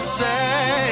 say